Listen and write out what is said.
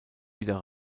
wieder